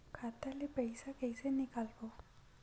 खाता ले पईसा कइसे निकालबो?